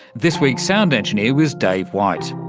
this week's sound engineer was dave white.